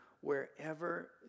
wherever